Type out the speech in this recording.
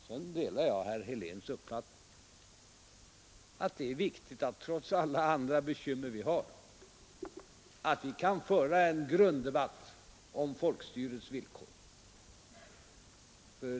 Jag delar herr Heléns uppfattning att det — trots alla andra bekymmer vi har — är viktigt att vi kan föra en grunddebatt om folkstyrelsens villkor.